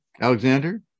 Alexander